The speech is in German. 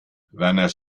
werner